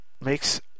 makes